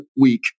week